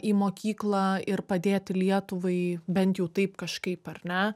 į mokyklą ir padėti lietuvai bent jau taip kažkaip ar ne